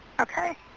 Okay